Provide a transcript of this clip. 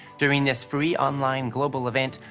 during this free online global event,